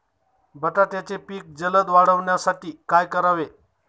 बटाट्याचे पीक जलद वाढवण्यासाठी काय करावे?